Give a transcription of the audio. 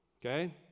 okay